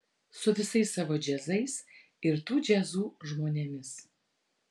su visais savo džiazais ir tų džiazų žmonėmis